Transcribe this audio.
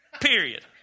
Period